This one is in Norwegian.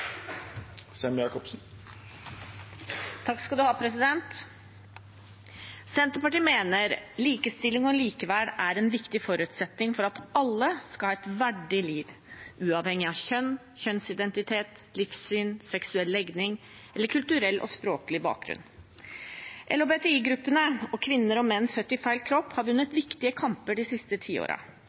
alle skal ha et verdig liv uavhengig av kjønn, kjønnsidentitet, livssyn, seksuell legning eller kulturell og språklig bakgrunn. LHBTI-gruppene og kvinner og menn født i feil kropp har vunnet viktige kamper de siste